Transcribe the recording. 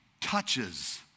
touches